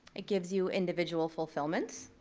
it gives you individual fulfillment.